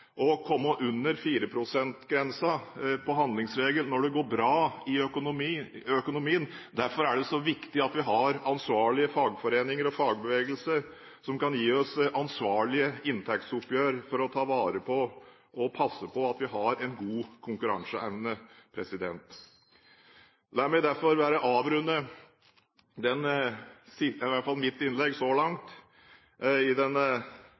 å komme under 4 pst.-grensen på handlingsregelen når det går bra i økonomien, derfor er det så viktig at vi har ansvarlige fagforeninger og fagbevegelse som kan gi oss ansvarlige inntektsoppgjør for å passe på at vi har god konkurranseevne. La meg derfor bare avrunde mitt innlegg i den siste økonomiske debatten i denne sesongen – så